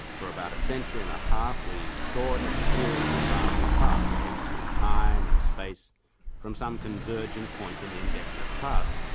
for about a century and a half we saw it as a series of branching pathways through time and space from some convergent point in the indefinite past.